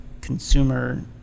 consumer